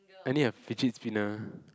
I need a fidget spinner